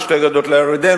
ושתי גדות לירדן,